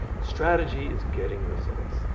strategy is getting results.